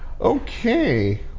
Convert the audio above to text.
okay